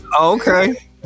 Okay